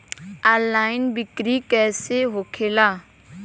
Online बिक्री कैसे होखेला?